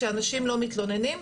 שאנשים לא מתלוננים,